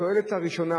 התועלת הראשונה